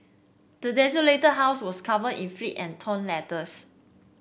the desolated house was covered in flit and torn letters